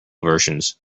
versions